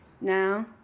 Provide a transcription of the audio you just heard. Now